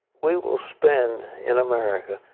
we will spend, in america,